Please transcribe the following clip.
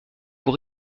pour